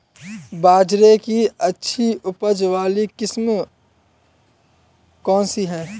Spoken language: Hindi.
बाजरे की अच्छी उपज वाली किस्म कौनसी है?